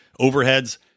overheads